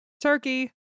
turkey